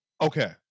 Okay